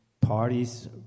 parties